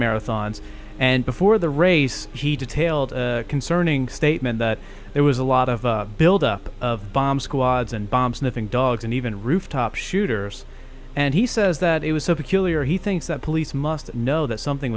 marathons and before the race he detailed concerning statement that there was a lot of build up of bomb squads and bomb sniffing dogs and even rooftop shooters and he says that it was so peculiar he thinks the police must know that something